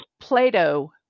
Plato